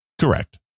correct